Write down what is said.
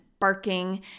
barking